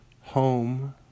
Home